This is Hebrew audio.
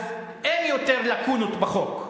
אז אין יותר לקונות בחוק.